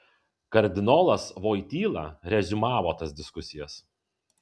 kardinolas voityla reziumavo tas diskusijas